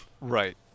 Right